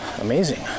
amazing